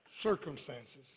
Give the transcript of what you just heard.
circumstances